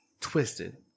twisted